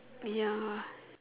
ya